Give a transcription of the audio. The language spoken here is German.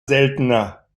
seltener